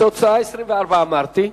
התוצאה, 24, אמרתי.